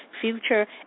Future